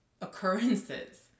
occurrences